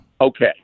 Okay